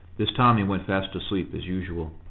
this time he went fast asleep as usual.